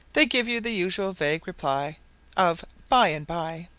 they give you the usual vague reply of by-and-by.